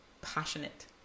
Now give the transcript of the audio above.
passionate